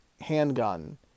handgun